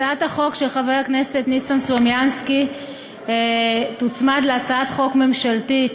הצעת החוק של חבר הכנסת ניסן סלומינסקי תוצמד להצעת חוק ממשלתית